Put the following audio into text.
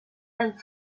and